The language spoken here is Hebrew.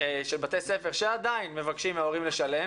של בתי ספר שעדיין מבקשים מההורים לשלם,